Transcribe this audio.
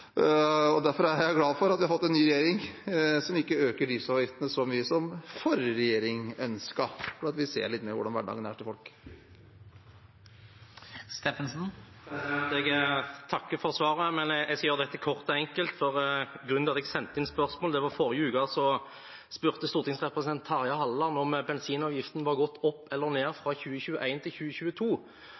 og går på god diesel. Derfor er jeg glad for at vi har fått en ny regjering, som ikke øker drivstoffavgiftene så mye som forrige regjering ønsket, fordi vi ser litt mer hvordan hverdagen til folk er. Jeg takker for svaret. Jeg skal gjøre dette kort og enkelt. Grunnen til at jeg sendte inn spørsmålet, var at forrige uke spurte stortingsrepresentant Terje Halleland om bensinavgiften hadde gått opp eller ned fra 2021 til 2022.